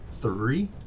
three